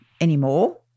anymore